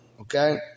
Okay